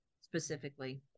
specifically